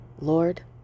Lord